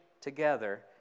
together